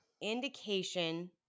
indication